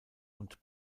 und